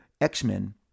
x-men